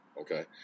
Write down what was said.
okay